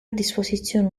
disposizione